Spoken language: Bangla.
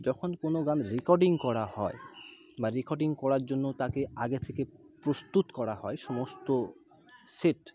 যখন কোনও গান রেকর্ডিং করা হয় বা রেকর্ডিং করার জন্য তাকে আগে থেকে প্রস্তুত করা হয় সমস্ত সেট